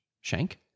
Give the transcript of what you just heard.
shank